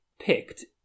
picked